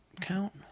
count